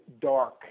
dark